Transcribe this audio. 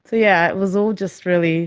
yeah it was all just really